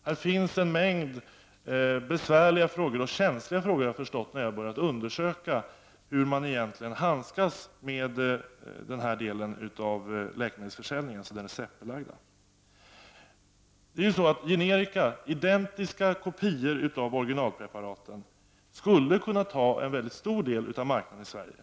Det finns en mängd besvärliga frågor, och känsliga frågor har jag förstått när jag har börjat undersöka saken, när det gäller hur man egentligen handskas med den här delen av läkemedelsförsäljningen, dvs. försäljningen av receptbelagda läkemedel. Generika, dvs. identiska kopior av originalpreparaten, skulle kunna ha en mycket stor del av marknaden i Sverige.